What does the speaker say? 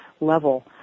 level